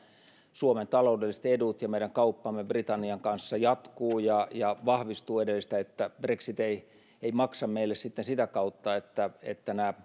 suomen taloudelliset edut ja meidän kauppamme britannian kanssa jatkuu ja ja vahvistuu edelleen siten että brexit ei ei maksa meille sitä kautta että että nämä